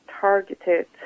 targeted